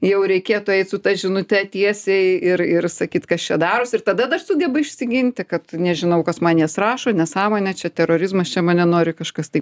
jau reikėtų eit su ta žinute tiesiai ir ir sakyt kas čia darosi ir tada dar sugeba išsiginti kad nežinau kas man jas rašo nesąmonė čia terorizmas čia mane nori kažkas tai